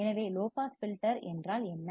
எனவே low pass filter என்றால் என்ன